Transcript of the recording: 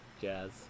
jazz